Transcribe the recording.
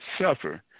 suffer